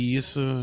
isso